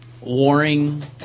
warring